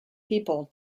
people